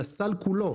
על הסל כולו.